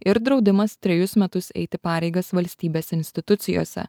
ir draudimas trejus metus eiti pareigas valstybės institucijose